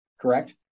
Correct